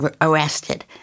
arrested